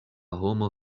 homo